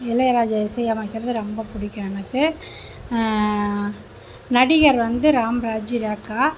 இளையராஜா இசையமைக்கிறது ரொம்ப பிடிக்கும் எனக்கு நடிகர் வந்து ராமராஜு ரேகா